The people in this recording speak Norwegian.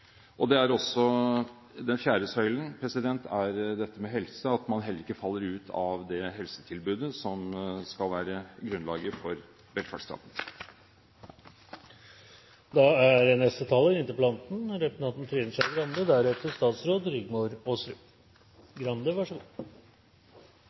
og – den fjerde søylen – det med helse, at man ikke faller ut av det helsetilbudet som skal være grunnlaget for velferdsstaten.